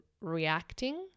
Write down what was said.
reacting